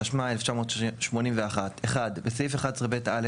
התשמ"א 1981 - (1) בסעיף 11ב(א),